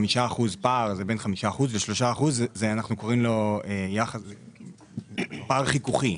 ל-5% פער זה בין 5% ל-3% אנחנו קוראים פער חיכוכי.